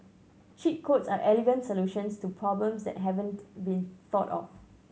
cheat codes are elegant solutions to problems that haven't been thought of